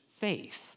faith